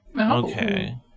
Okay